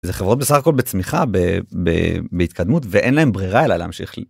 זה חברות בסך הכל בצמיחה בהתקדמות ואין להם ברירה אלא להמשיך ל...